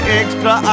extra